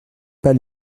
pas